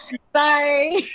Sorry